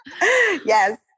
Yes